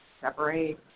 separate